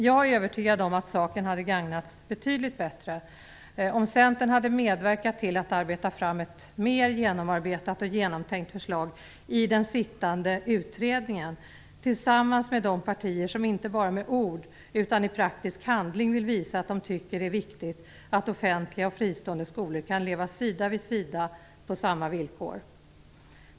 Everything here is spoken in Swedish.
Jag är övertygad om att saken hade gagnats betydligt mer, om Centern hade medverkat till att arbeta fram ett mer genomarbetat och genomtänkt förslag i den pågående utredningen tillsammans med de partier som inte bara i ord utan i praktisk handling vill visa att de tycker att det är viktigt att offentliga och fristående skolor kan leva sida vid sida på samma villkor.